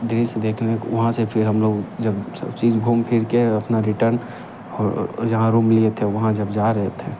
दृश्य देखने को वहाँ से फिर हम लोग जब सब चीज़ घूम फिर के अपना रिटर्न और जहाँ रूम लिए थे वहाँ जब जा रहे थे